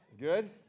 Good